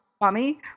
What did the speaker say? Mommy